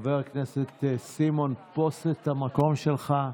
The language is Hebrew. חבר הכנסת סימון, תפוס את המקום שלך.